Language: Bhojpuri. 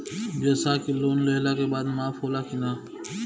ब्यवसाय के लोन लेहला के बाद माफ़ होला की ना?